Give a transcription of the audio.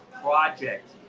project